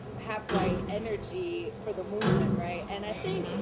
half-white energy for the movement. right? and i think